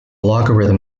logarithm